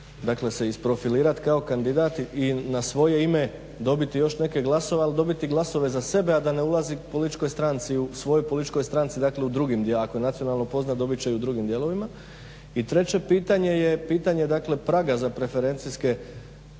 dakle se isprofilirati kao kandidat i na svoje ime dobiti još neke glasove, ali dobiti glasove za sebe, a da ne ulazi političkoj stranci u drugim dijelovima. Ako je nacionalno poznat